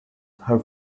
her